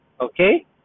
okay